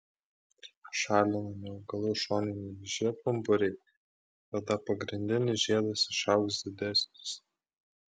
šalinami augalų šoniniai žiedpumpuriai tada pagrindinis žiedas išaugs didesnis